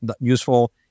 useful